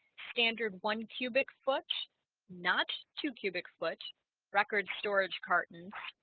standard one cubic foot not two cubic foot record storage cartons